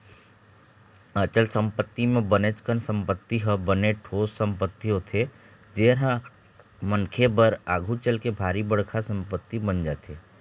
अचल संपत्ति म बनेच कन संपत्ति ह बने ठोस संपत्ति होथे जेनहा मनखे बर आघु चलके भारी बड़का संपत्ति बन जाथे